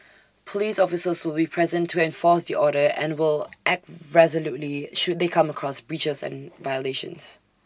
Police officers will be present to enforce the order and will act resolutely should they come across breaches and violations